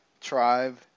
tribe